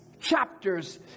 chapters